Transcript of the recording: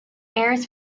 heirs